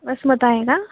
वसमत आहे का